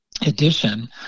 edition